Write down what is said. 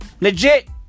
Legit